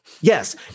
Yes